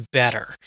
better